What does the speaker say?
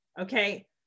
okay